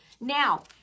Now